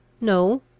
No